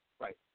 Right